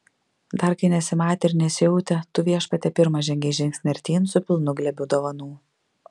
dar kai nesimatė ir nesijautė tu viešpatie pirmas žengei žingsnį artyn su pilnu glėbiu dovanų